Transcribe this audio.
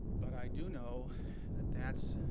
but i do know that that's